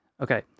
Okay